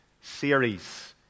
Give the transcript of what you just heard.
series